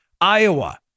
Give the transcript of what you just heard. Iowa